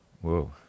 Whoa